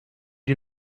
you